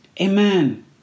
Amen